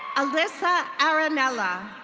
alyssa aranella.